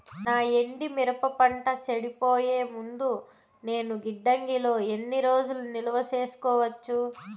నా ఎండు మిరప పంట చెడిపోయే ముందు నేను గిడ్డంగి లో ఎన్ని రోజులు నిలువ సేసుకోవచ్చు?